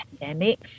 pandemic